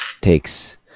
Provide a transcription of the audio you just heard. takes